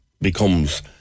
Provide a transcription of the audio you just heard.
becomes